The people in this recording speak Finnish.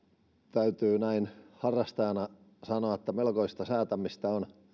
täytyy näin harrastajana sanoa että melkoista säätämistä on